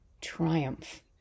triumph